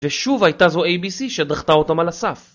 ושוב הייתה זו ABC שדחתה אותם על הסף.